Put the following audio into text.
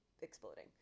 exploding